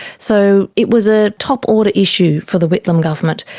so it was a top-order issue for the whitlam government.